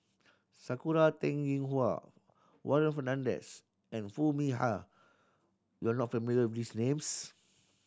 Sakura Teng Ying Hua Warren Fernandez and Foo Mee Har you are not familiar with these names